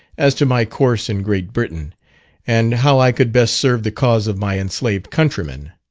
as to my course in great britain and how i could best serve the cause of my enslaved countrymen.